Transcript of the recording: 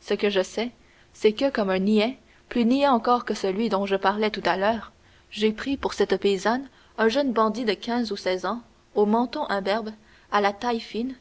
ce que je sais c'est que comme un niais plus niais encore que celui dont je parlais tout à l'heure j'ai pris pour cette paysanne un jeune bandit de quinze ou seize ans au menton imberbe à la taille fine